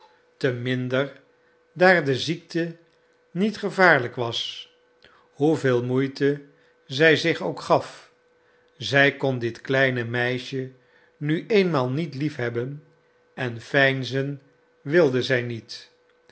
te minder daar de ziekte niet gevaarlijk was hoeveel moeite zij zich ook gaf zij kon dit kleine meisje nu eenmaal niet liefhebben en veinzen wilde zij niet